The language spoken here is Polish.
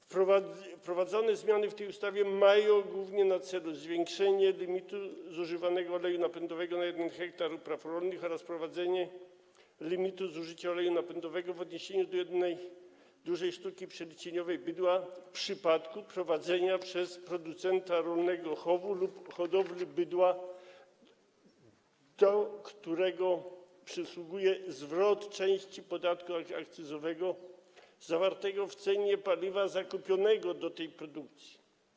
Wprowadzone w tej ustawie zmiany mają głównie na celu zwiększenie limitu zużywanego oleju napędowego na 1 ha upraw rolnych oraz wprowadzenie limitu zużycia oleju napędowego w odniesieniu do jednej dużej jednostki przeliczeniowej bydła w wypadku prowadzenia przez producenta rolnego chowu lub hodowli bydła, do którego przysługuje zwrot części podatku akcyzowego zawartego w cenie paliwa zakupionego do tej produkcji.